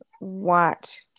watch